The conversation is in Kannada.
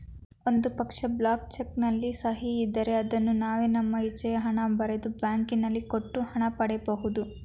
ಒಂದು ಪಕ್ಷ, ಬ್ಲಾಕ್ ಚೆಕ್ ನಲ್ಲಿ ಸಹಿ ಇದ್ದರೆ ಅದನ್ನು ನಾವೇ ನಮ್ಮ ಇಚ್ಛೆಯ ಹಣ ಬರೆದು, ಬ್ಯಾಂಕಿನಲ್ಲಿ ಕೊಟ್ಟು ಹಣ ಪಡಿ ಬಹುದು